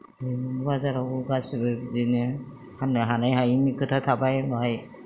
मैगं बाजाराव गासिबो बिदिनो फाननो हानाय हायिनि खोथा थाबाय बाहाय